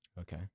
Okay